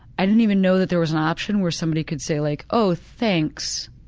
i didn't even know that there was an option where somebody could say like, oh, thanks,